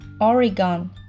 Oregon